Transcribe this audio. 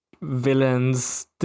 villains